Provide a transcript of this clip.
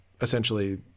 essentially